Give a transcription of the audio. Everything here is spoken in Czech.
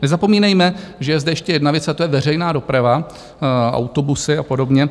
Nezapomínejme, že je zde ještě jedna věc, a to je veřejná doprava, autobusy a podobně.